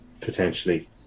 potentially